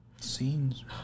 Scenes